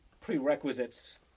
prerequisites